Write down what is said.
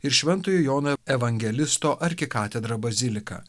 ir šventojo jono evangelisto arkikatedra bazilika